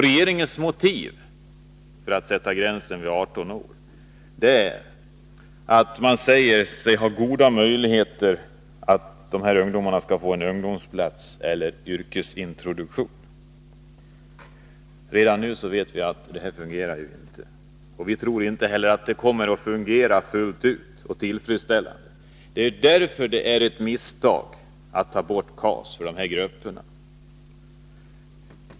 Regeringens motiv för att sätta gränsen vid 18 år är att man säger sig att det finns goda möjligheter för att dessa ungdomar skall få ungdomsplatser eller yrkesintroduktion. Redan nu vet vi att detta inte fungerar, och vi tror inte heller att det kommer att fungera fullt ut och tillfredsställande. Det är därför som det är ett misstag att ta bort KAS för dessa grupper.